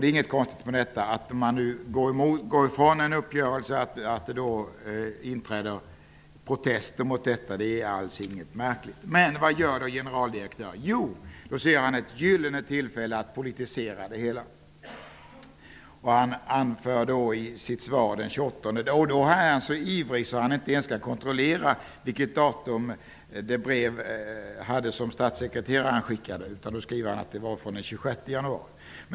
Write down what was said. Det är inget konstigt att det framförs protester när man går ifrån en uppgörelse. Men vad gör generaldirektören? Jo, han ser ett gyllene tillfälle att politisera det hela. Han är så ivrig att han inte ens kontrollerar vilket datum det brev hade som statssekreteraren skickat. Generaldirektören skriver att det är daterat den 26 januari.